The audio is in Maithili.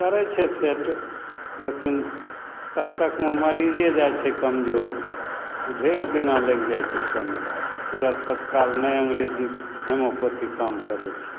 करै छै सेट लेकिन तब तकमे मरीजे जाइ छै कमजोर भै ओ ढेर दिना लागि जाइ छै समय तुरन्त तत्काल नहि अन्गरेजी होमिओपैथी काम करै छै